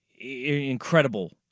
incredible